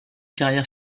carrière